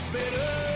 better